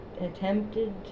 attempted